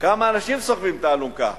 כמה אנשים סוחבים את האלונקה?